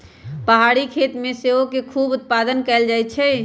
पहारी खेती में सेओ के खूब उत्पादन कएल जाइ छइ